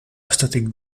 aesthetic